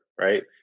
right